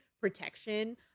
protection